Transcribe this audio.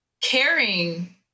Caring